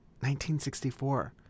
1964